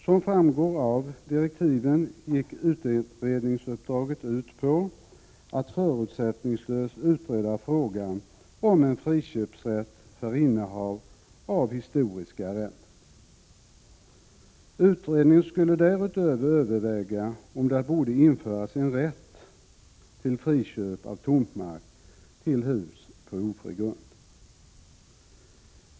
Som framgår av direktiven gick utredningsuppdraget ut på att förutsättningslöst utreda frågan om friköpsrätt för innehav av historiska arrenden. Utredningen skulle därutöver överväga om det borde införas en rätt till friköp av tomtmark till hus på ofri grund.